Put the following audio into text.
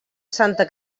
santa